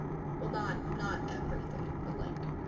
well not. not everything, but like.